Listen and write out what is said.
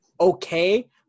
okay